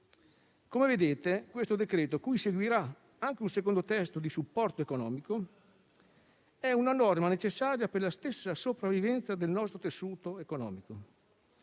Come vedete, questo decreto-legge - cui seguirà anche un secondo testo di supporto economico - è una norma necessaria per la stessa sopravvivenza del nostro tessuto economico.